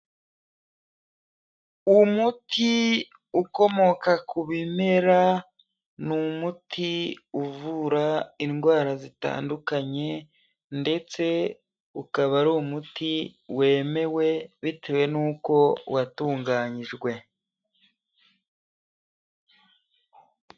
Umuti ukomoka ku bimera, ni umuti uvura indwara zitandukanye, ndetse ukaba ari umuti wemewe bitewe n'uko watunganyijwe.